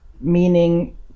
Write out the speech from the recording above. meaning